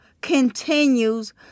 continues